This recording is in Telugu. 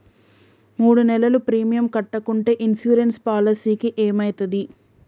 మూడు నెలలు ప్రీమియం కట్టకుంటే ఇన్సూరెన్స్ పాలసీకి ఏమైతది?